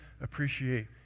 appreciate